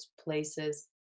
places